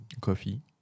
coffee